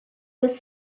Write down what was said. was